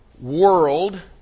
world